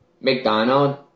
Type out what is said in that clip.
McDonald